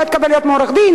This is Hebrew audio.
לא התקבל להיות עורך-דין,